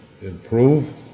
improve